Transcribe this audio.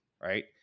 right